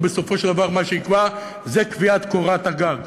ובסופו של דבר מה שיקבע זה קביעת קורת גג,